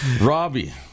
Robbie